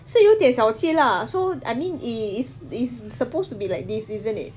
是有点小气 lah so I mean it is is supposed to be like this isn't it